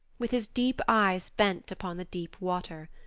with his deep eyes bent upon the deep water.